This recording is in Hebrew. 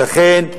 ולכן,